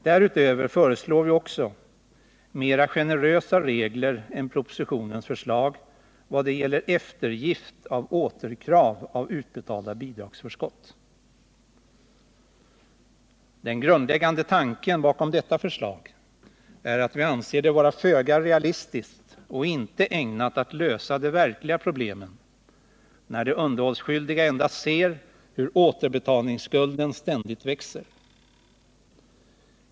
Därutöver föreslår vi också mer generösa regler än vad som förordas i propositionen när det gäller eftergift av återkrav av utbetalda bidragsförskott. Den grundläggande tanken bakom detta förslag är att vi anser det vara föga realistiskt och inte ägnat att lösa de verkliga problemen när de underhållsskyldiga endast ser hur återbetalningsskulden ständigt växer.